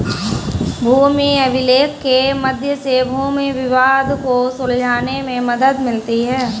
भूमि अभिलेख के मध्य से भूमि विवाद को सुलझाने में मदद मिलती है